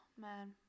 man